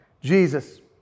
Jesus